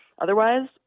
otherwise